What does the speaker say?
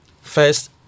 first